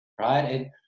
right